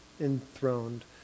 enthroned